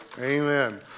Amen